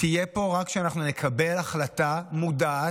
תהיה פה רק כשאנחנו נקבל החלטה מודעת,